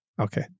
okay